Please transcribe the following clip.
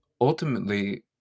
Ultimately